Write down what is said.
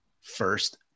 first